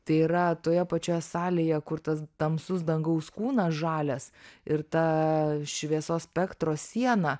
tai yra toje pačioje salėje kur tas tamsus dangaus kūnas žalias ir ta šviesos spektro siena